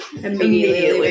Immediately